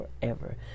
forever